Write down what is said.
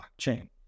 blockchain